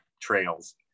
trails